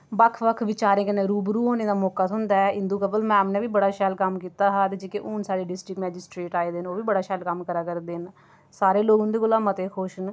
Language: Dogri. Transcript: बक्ख बक्ख विचारें कन्नै रूबरू होने दा मौका थ्होंदा ऐ इंदू कमल मैम ने बी बड़ा शैल कम्म कीता हा ते जेह्के हुन साढ़े डिस्ट्रिक मैजीस्ट्रेट आए दे न ओह् बी बड़ा शैल कम्म करा करदे न सारे लोक उं'दे कोला मते खुश न